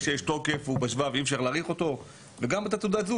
שאלה: למה עד עכשיו